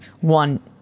one